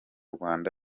rwanda